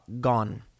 gone